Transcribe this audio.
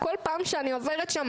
כל פעם שאני עוברת משם,